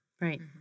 Right